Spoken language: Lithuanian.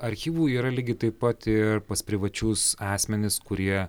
archyvų yra lygiai taip pat ir pas privačius asmenis kurie